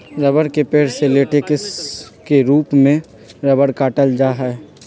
रबड़ के पेड़ से लेटेक्स के रूप में रबड़ काटल जा हई